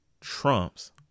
trumps